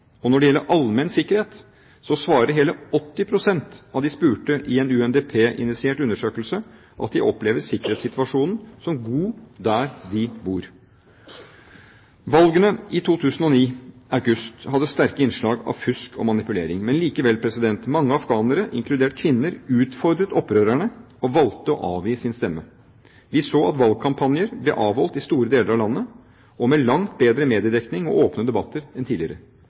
Når det gjelder allmenn sikkerhet, svarer hele 80 pst. av de spurte i en UNDP-initiert undersøkelse at de opplever sikkerhetssituasjonen som god der de bor. Valgene i august 2009 hadde sterke innslag av fusk og manipulering. Likevel: Mange afghanere, inkludert kvinner, utfordret opprørerne og valgte å avgi sin stemme. Vi så at valgkampanjer ble avholdt i store deler av landet og med langt bedre mediedekning og åpne debatter enn tidligere.